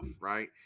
right